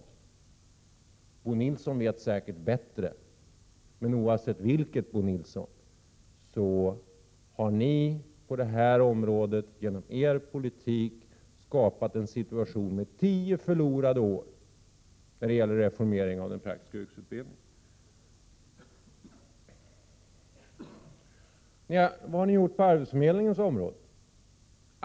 Bo Nilsson vet säkert bättre. Men oavsett hur det förhåller sig, Bo Nilsson, har ni på det här området genom er politik skapat en situation med tio förlorade år när det gäller reformering av den praktiska yrkesutbildningen. Vad har ni gjort på arbetsförmedlingens område?